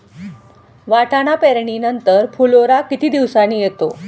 वाटाणा पेरणी नंतर फुलोरा किती दिवसांनी येतो?